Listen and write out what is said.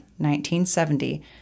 1970